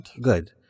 Good